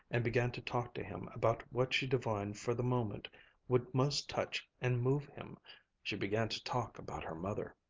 and began to talk to him about what she divined for the moment would most touch and move him she began to talk about her mother.